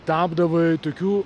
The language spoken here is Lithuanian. tapdavai tokiu